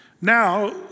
now